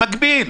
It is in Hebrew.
במקביל.